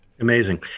Amazing